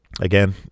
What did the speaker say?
again